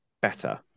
better